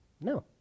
No